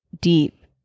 deep